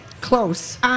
Close